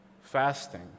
fasting